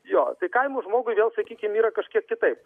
jo kaimo žmogui vėl sakykim yra kažkiek kitaip